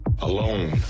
Alone